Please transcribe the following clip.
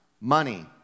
money